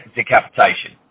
decapitation